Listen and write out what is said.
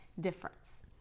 difference